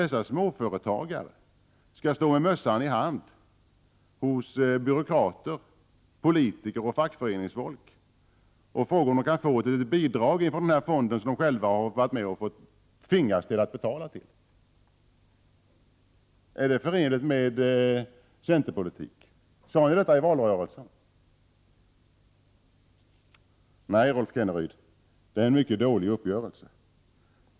Dessa småföretagare skall stå med mössan i hand hos byråkrater, politiker och fackföreningsfolk och fråga om de kan få ett litet bidrag från den fond till vilken de själva har tvingats att betala in pengar. Är det förenligt med centerpolitik? Sade ni detta i valrörelsen? Nej, Rolf Kenneryd, det är en mycket dålig uppgörelse.